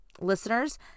Listeners